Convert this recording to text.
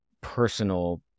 personal